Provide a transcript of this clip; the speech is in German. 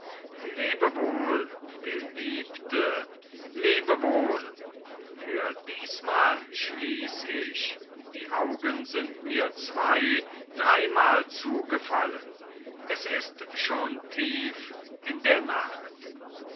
lebe wohl geliebte lebe wohl für diesmal schließ ich die augen sind mir zwei dreimal zugefallen es ist schon tief in der nacht